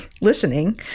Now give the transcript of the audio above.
listening